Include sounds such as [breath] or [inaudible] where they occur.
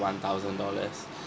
one thousand dollars [breath]